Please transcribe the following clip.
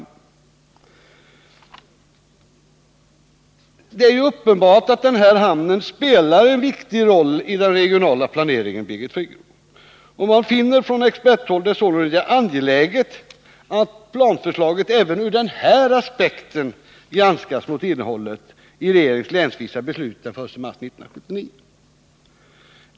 99 Det är uppenbart, Birgit Friggebo, att denna hamn spelar en viktig roll i den regionala planeringen. Från experthåll finner man därför angeläget att planförslaget även ur denna aspekt granskas mot innehållet i regeringens länsvisa beslut den 1 mars 1979.